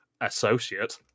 associate